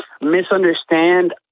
misunderstand